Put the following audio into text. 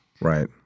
Right